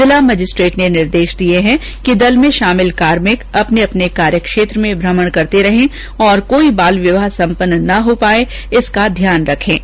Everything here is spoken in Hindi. जिला मजिस्ट्रेट ने निर्देश दिए हैं कि दल में शामिल कार्मिक अपने अपने कार्य क्षेत्र में भ्रमण करते रहें तथा कोई बाल विवाह सम्पन्न नहीं हो पाए इसका ध्यान रखेंगे